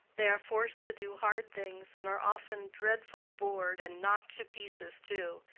they are forced to do hard things, and are often dreadfully bored, and knocked to pieces too.